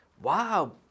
Wow